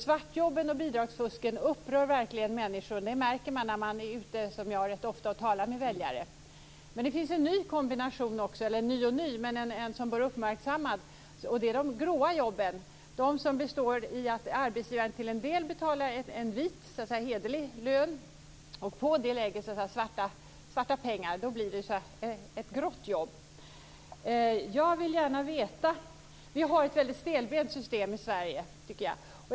Svartjobben och bidragsfusken upprör verkligen människor. Det märker man när man, som jag, är ute och talar med väljare. Men det finns en ny kombination som bör uppmärksammas. Det är de gråa jobben. De består i att arbetsgivaren till en del betalar en vit, dvs. en hederlig, lön och på det lägger svarta pengar. Då blir det ett grått jobb. Vi har ett väldigt stelbent system i Sverige, tycker jag.